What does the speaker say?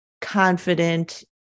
confident